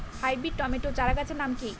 Hybrid tomato চারাগাছের নাম কি?